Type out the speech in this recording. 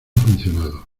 funcionado